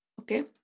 Okay